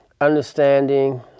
understanding